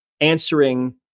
answering